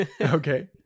Okay